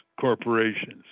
corporations